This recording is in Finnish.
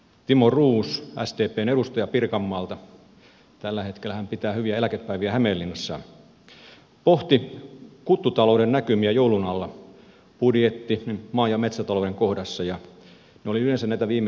timo roos sdpn edustaja pirkanmaalta tällä hetkellä hän pitää hyviä eläkepäiviä hämeenlinnassa pohti kuttutalouden näkymiä joulun alla budjetin maa ja metsätalouden kohdassa ja ne olivat yleensä näitä viimeisimpiä puheenvuoroja